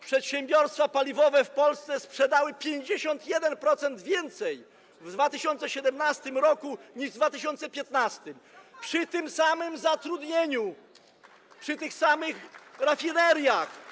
przedsiębiorstwa paliwowe w Polsce sprzedały 51% więcej w 2017 r. niż w 2015 r. przy tym samym zatrudnieniu, przy tych samych rafineriach.